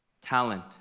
talent